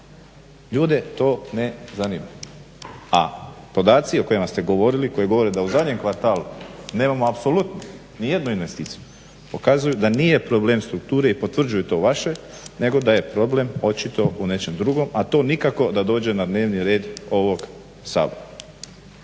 Ljude to ne zanima, a podaci o kojima ste govorili, koji govore da u zadnjem kvartalu nemamo apsolutno ni jednu investiciju pokazuju da nije problem strukture i potvrđuje to vaše nego da je problem očito u nečem drugom, a to nikako da dođe na dnevni red ovog Sabora.